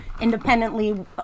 independently